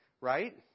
right